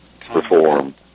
Perform